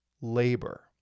labor